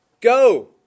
Go